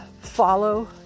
Follow